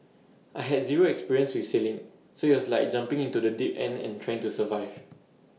I had zero experience with sailing so IT was like jumping into the deep end and trying to survive